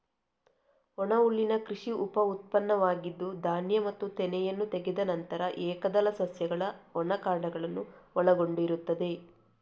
ಒಣಹುಲ್ಲಿನ ಕೃಷಿ ಉಪ ಉತ್ಪನ್ನವಾಗಿದ್ದು, ಧಾನ್ಯ ಮತ್ತು ತೆನೆಯನ್ನು ತೆಗೆದ ನಂತರ ಏಕದಳ ಸಸ್ಯಗಳ ಒಣ ಕಾಂಡಗಳನ್ನು ಒಳಗೊಂಡಿರುತ್ತದೆ